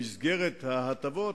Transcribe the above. במסגרת ההטבות,